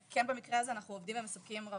במקרה הזה אנחנו עובדים עם הרווחה,